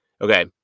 okay